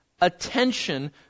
attention